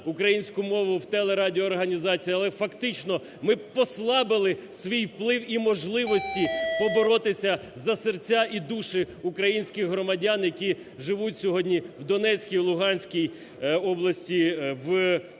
українську мову в телерадіоорганізаціях, але, фактично, ми послабили свій вплив і можливості поборотися за серця і душі українських громадян, які живуть сьогодні в Донецькій, Луганській області, у Криму.